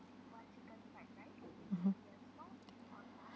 mmhmm